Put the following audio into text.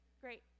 great